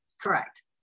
Correct